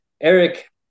Eric